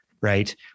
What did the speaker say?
right